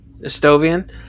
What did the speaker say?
Estovian